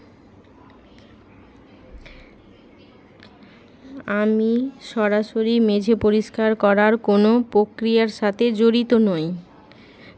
আমি সরাসরি মেঝে পরিষ্কার করার কোনো প্রক্রিয়ার সাথে জড়িত নই